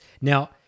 Now